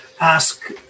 ask